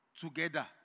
together